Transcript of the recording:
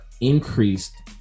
increased